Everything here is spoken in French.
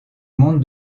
monde